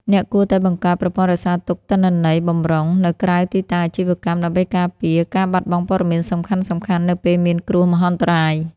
អ្នកគួរតែបង្កើត ប្រព័ន្ធរក្សាទុកទិន្នន័យបម្រុង នៅក្រៅទីតាំងអាជីវកម្ម ដើម្បីការពារការបាត់បង់ព័ត៌មានសំខាន់ៗនៅពេលមានគ្រោះមហន្តរាយ។